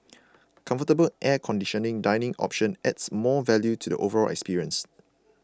comfortable air conditioning dining option adds more value to the overall experience